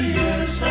yes